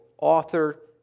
author